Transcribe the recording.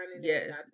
Yes